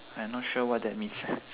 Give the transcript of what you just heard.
I am not sure what that means